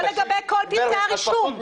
לא לגבי כל פרטי הרישום.